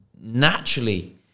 naturally